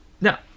now